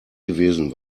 gewesen